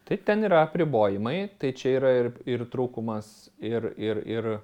taip ten yra apribojimai tai čia yra ir ir trūkumas ir ir ir